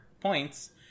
points